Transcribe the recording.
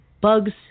bugs